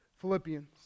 Philippians